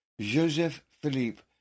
Joseph-Philippe